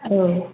औ